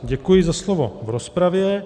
Děkuji za slovo v rozpravě.